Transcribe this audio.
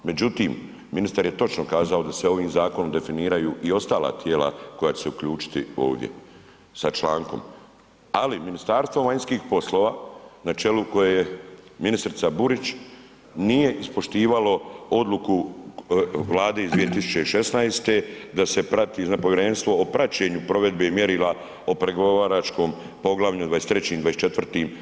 Međutim, ministar je kazao da se ovim zakonom definiraju i ostala tijela koja će se uključiti ovdje sa člankom, ali Ministarstvo vanjskih poslova na čelu koje je ministrica Burić nije ispoštivalo odluku Vlade iz 2016. da se prati povjerenstvo o praćenju provedbe i mjerila o pregovaračkom Poglavlju 23., 24.